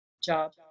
job